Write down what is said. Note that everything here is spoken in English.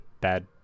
bad